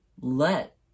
let